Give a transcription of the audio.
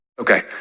Okay